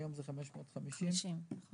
היום זה 550 מיליון שקל.